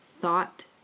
thought